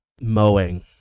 mowing